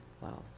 wow